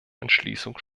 entschließung